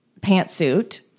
pantsuit